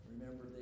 Remember